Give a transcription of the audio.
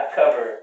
cover